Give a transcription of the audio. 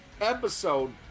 episode